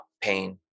pain